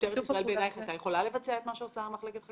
משטרת ישראל הייתה יכולה לבצע את מה שעושה מחלקת חקירות?